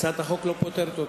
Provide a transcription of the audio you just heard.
הצעת החוק לא פותרת אותן.